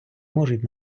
можуть